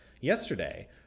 yesterday